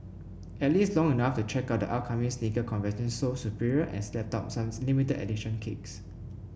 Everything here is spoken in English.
at least long enough to check out the upcoming sneaker convention Sole Superior and snap up some limited edition kicks